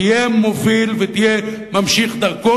תהיה מוביל ותהיה ממשיך דרכו,